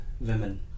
women